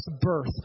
birth